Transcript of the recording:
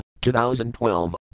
2012